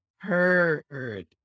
heard